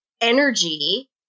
energy